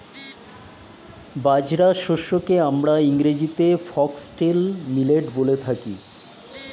বাজরা শস্যকে আমরা ইংরেজিতে ফক্সটেল মিলেট বলে থাকি